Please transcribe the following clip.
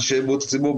אנשי בריאות הציבור,